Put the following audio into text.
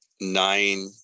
nine